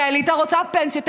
כי האליטה רוצה פנסיות תקציביות.